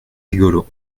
rigolo